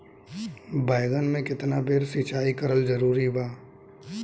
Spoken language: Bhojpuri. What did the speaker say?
बैगन में केतना बेर सिचाई करल जरूरी बा?